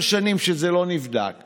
החוק, בשם ראש הממשלה, השר המקשר דוד אמסלם.